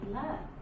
love